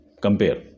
compare